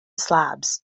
slabs